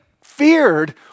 feared